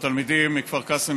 לתלמידים מכפר קאסם,